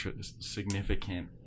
significant